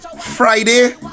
Friday